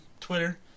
Twitter